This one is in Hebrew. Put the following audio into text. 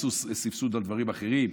יצרו סבסוד של דברים אחרים,